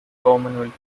commonwealth